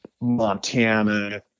Montana